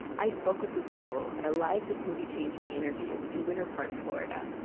i spoke with gustavo at a live this movie changed me interview in winter park, florida